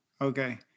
Okay